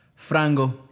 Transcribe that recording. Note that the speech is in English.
Frango